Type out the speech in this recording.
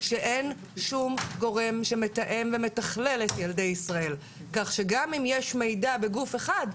שאין שום גורם שמתאם ומתכלל את ילדי ישראל כך שגם אם יש מידע בגוף אחד,